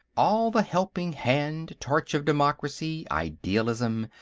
all the helping-hand, torch-of-democracy, idealism,